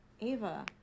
Ava